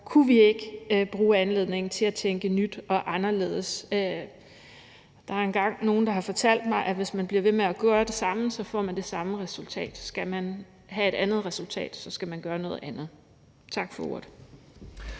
Kunne vi ikke bruge anledningen til at tænke nyt og anderledes? Der er engang nogle, der har fortalt mig, at hvis man bliver ved med at gøre det samme, så får man det samme resultat. Skal man have et andet resultat, skal man gøre noget andet. Tak for ordet.